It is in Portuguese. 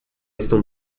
estão